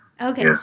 okay